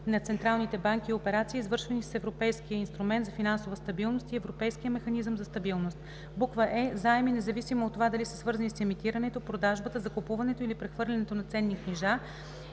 на централните банки и операции, извършвани с Европейския инструмент за финансова стабилност и Европейския механизъм за стабилност; е) заеми, независимо от това дали са свързани с емитирането, продажбата, закупуването или прехвърлянето на ценни книжа